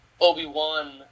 Obi-Wan